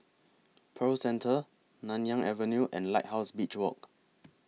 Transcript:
Pearl Centre Nanyang Avenue and Lighthouse Beach Walk